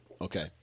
Okay